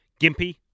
gimpy